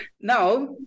Now